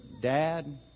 Dad